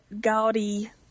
gaudy